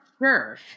sure